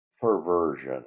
perversion